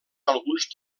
alguns